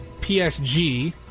PSG